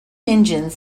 engines